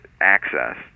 access